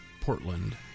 Portland